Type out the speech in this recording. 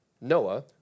Noah